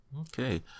okay